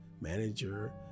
manager